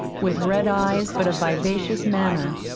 with red eyes but a vivacious manner,